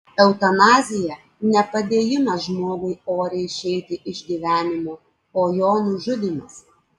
eutanazija ne padėjimas žmogui oriai išeiti iš gyvenimo o jo nužudymas